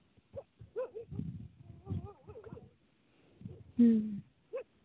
ᱦᱩᱸ